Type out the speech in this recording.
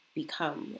become